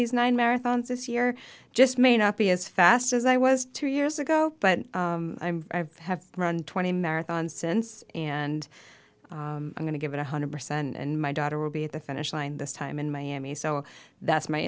these nine marathons this year just may not be as fast as i was two years ago but i'm i have run twenty marathons since and i'm going to give it one hundred percent and my daughter will be at the finish line this time in miami so that's my